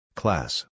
class